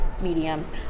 mediums